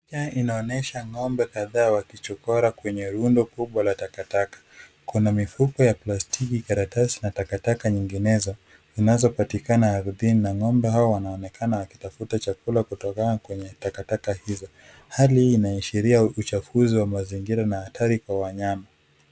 Picha inaonyesha ng'ombe kadhaa wakichokora kwenye rundo kubwa la takataka. Kuna mifuko ya plastiki, karatasi na takataka nyinginezo zinazopatikana ardhini, na ng'ombe hao wanaonekana wakitafuta chakula kutokana kwenye takataka hizo. Hali hii inaashiria uchafuzi wa mazingira na hatari kwa wanyama.